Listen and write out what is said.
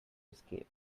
escape